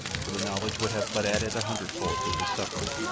for the knowledge would have but added a hundredfold to his suffering.